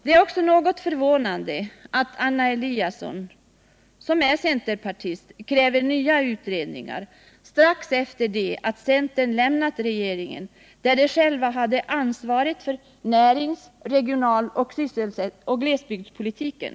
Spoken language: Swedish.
Det är något förvånande av centerpartisten Anna Eliasson kräver nya utredningar strax efter det att centern lämnat regeringen, där de själva hade ansvaret för närings-, regionaloch glesbygdspolitiken.